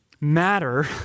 matter